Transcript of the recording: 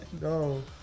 No